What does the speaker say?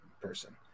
person